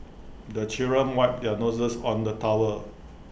the children wipe their noses on the towel